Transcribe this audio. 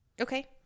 Okay